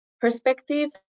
perspective